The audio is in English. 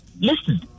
listen